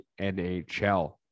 nhl